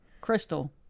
Crystal